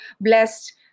blessed